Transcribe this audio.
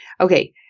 Okay